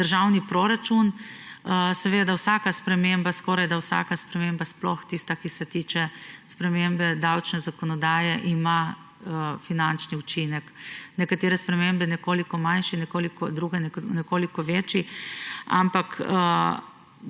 državni proračun … Seveda, vsaka sprememba, skorajda vsaka sprememba, sploh tista, ki se tiče spremembe davčne zakonodaje, ima finančni učinek. Nekatere spremembe nekoliko manjši, druge nekoliko večji, ampak